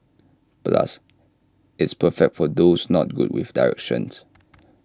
plus it's perfect for those not good with directions